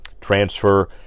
transfer